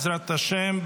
בעזרת השם,